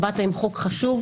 כשבאת עם חוק חשוב.